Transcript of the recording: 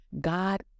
God